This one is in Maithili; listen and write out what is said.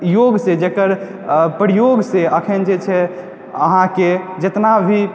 योगसँ जकर प्रयोगसँ अखैन जे छै अहाँके जितना भी